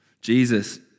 Jesus